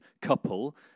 couple